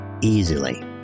easily